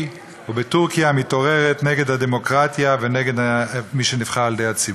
ובטורקיה המתעוררת נגד הדמוקרטיה ונגד מי שנבחר על-ידי הציבור.